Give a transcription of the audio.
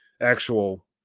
actual